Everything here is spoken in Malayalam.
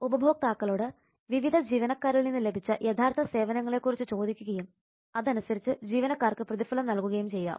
ഉപഭോക്താക്കളോട് വിവിധ ജീവനക്കാരിൽ നിന്ന് ലഭിച്ച യഥാർത്ഥ സേവനങ്ങളെക്കുറിച്ചു ചോദിക്കുകയും അതനുസരിച്ച് ജീവനക്കാർക്ക് പ്രതിഫലം നൽകുകയും ചെയ്യാം